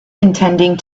intending